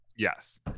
Yes